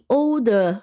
older